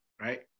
right